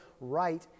right